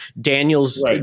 Daniel's